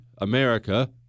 America